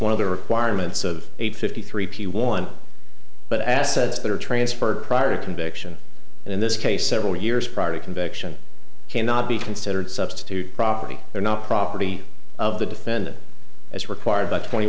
one of the requirements of a fifty three p one but assets that are transferred prior conviction in this case several years prior to conviction cannot be considered substitute property or not property of the defendant as required by twenty